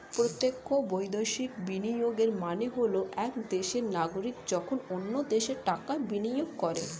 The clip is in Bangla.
প্রত্যক্ষ বৈদেশিক বিনিয়োগের মানে হল এক দেশের নাগরিক যখন অন্য দেশে টাকা বিনিয়োগ করে